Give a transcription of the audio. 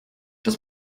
das